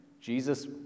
Jesus